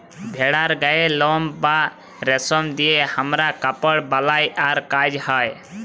ভেড়ার গায়ের লম বা রেশম দিয়ে হামরা কাপড় বালাই আর কাজ হ্য়